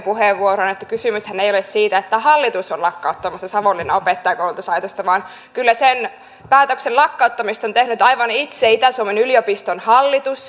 kysymyshän ei ole siitä että hallitus on lakkauttamassa savonlinnan opettajankoulutuslaitosta vaan kyllä sen päätöksen lakkauttamisesta on tehnyt itä suomen yliopiston hallitus aivan itse